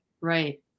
right